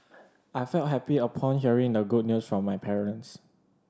I felt happy upon hearing the good news from my parents